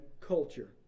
culture